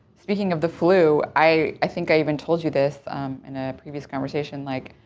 speaking of the flu, i think i even told you this in a previous conversation, like,